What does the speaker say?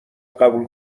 قبول